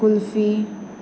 kulfi